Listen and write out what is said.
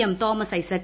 M Thomas Isaac